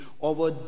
over